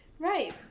Right